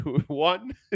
One